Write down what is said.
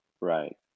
Right